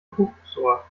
kuckucksuhr